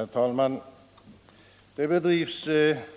Herr talman! Det bedrivs